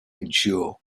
insure